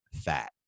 fat